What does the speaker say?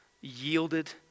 yielded